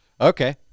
okay